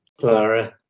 Clara